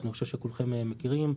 שאני חושב שכולכם מכירים.